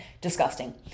disgusting